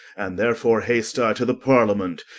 and therefore haste i to the parliament,